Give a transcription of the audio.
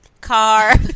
car